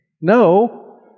No